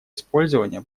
использования